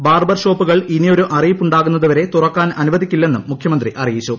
barber ഷോപ്പുകൾ ഇനിയൊരു അറിയിപ്പുണ്ടാകുന്നതുവരെ തുറക്കാൻ അനുവദിക്കില്ലെന്നും മുഖ്യമന്ത്രി അറിയിച്ചു